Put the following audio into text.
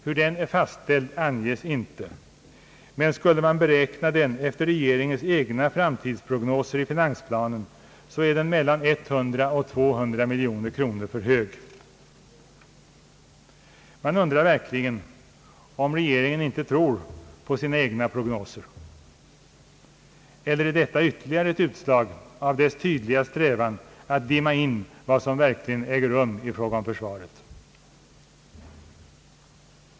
Hur den är fastställd anges icke, men skulle man beräkna den ' efter regeringens egna framtidsprognoser, så är den mellan 100 och 200 miljoner kronor för hög. Man undrar om regeringen inte tror på sina egna prognoser. Eller är detta ytterligare ett utslag av dess tydliga strävan att dimma in vad som verkligen äger rum i fråga om försvaret?